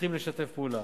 צריכים לשתף פעולה.